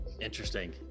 Interesting